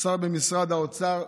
השר במשרד האוצר,